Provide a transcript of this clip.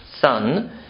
son